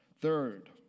Third